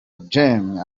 jammeh